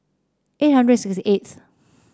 eight hundred sixty eighth